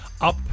up